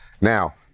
Now